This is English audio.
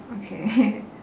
okay